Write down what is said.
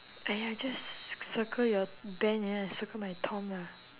!aiya! just ci~ circle your ben and then I circle my tom lah